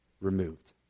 removed